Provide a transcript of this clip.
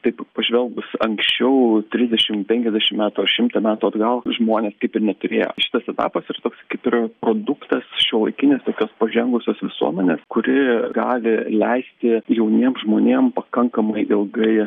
taip pažvelgus anksčiau trisdešim penkiasdešim metų ar šimtą metų atgal žmonės kaip ir neturėjo šitas etapas yra toks kaip ir produktas šiuolaikinės tokios pažengusios visuomenės kuri gali leisti jauniem žmonėm pakankamai ilgai